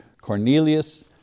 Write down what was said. Cornelius